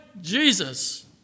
Jesus